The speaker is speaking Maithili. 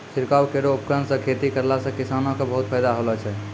छिड़काव केरो उपकरण सँ खेती करला सें किसानो क बहुत फायदा होलो छै